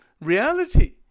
reality